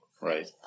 right